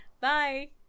Bye